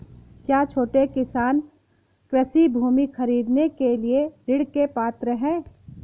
क्या छोटे किसान कृषि भूमि खरीदने के लिए ऋण के पात्र हैं?